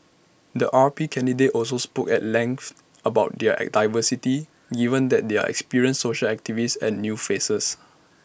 the R P candidates also spoke at length about their diversity even that they are experienced social activists and new faces